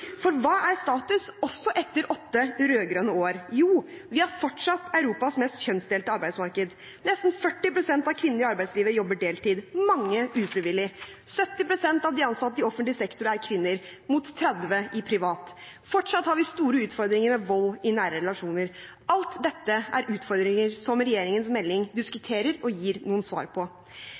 For hva er status også etter åtte rød-grønne år? Jo, vi har fortsatt Europas mest kjønnsdelte arbeidsmarked. Nesten 40 pst. av kvinnene i arbeidslivet jobber deltid, mange ufrivillig. 70 pst. av de ansatte i offentlig sektor er kvinner, mot 30 pst. i privat sektor. Fortsatt har vi store utfordringer med vold i nære relasjoner. Alt dette er utfordringer som regjeringens melding diskuterer og gir noen svar på.